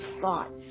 thoughts